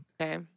Okay